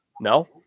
no